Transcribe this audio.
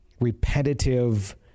repetitive